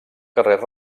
carrer